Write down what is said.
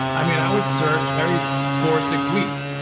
i mean, i would search every four, six weeks,